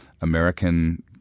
American